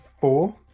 four